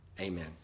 Amen